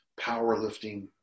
powerlifting